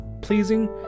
pleasing